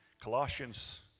Colossians